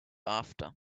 after